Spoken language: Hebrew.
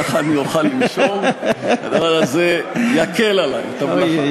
ככה אני אוכל לנשום והדבר הזה יקל עלי את המלאכה.